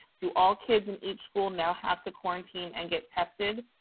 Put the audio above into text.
do all kids in each school now have to quarantine and get tested?